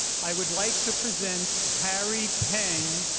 i would like to present harry peng,